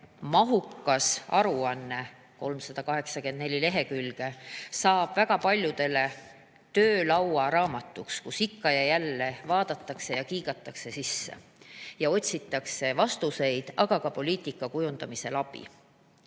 mahukas aruanne, 384 lehekülge, saab väga paljudele töölauaraamatuks, mida ikka ja jälle vaadatakse, kuhu kiigatakse sisse ja otsitakse vastuseid. Aga sellest on ka poliitika kujundamisel abi.